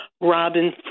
robin